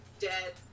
dead